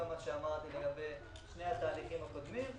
גם לאור מה שאמרתי על שני התהליכים הקודמים,